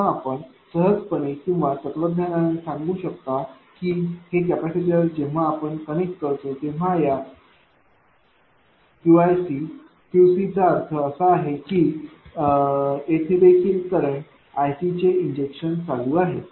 तेव्हा आपण सहजपणे किंवा तत्त्वज्ञानाने सांगू शकतो की हे कॅपेसिटर जेव्हा आपण कनेक्ट करतो तेव्हा या QiC QCचा अर्थ असा आहे की येथे देखील करंट iCचे इंजेक्शन चालू आहे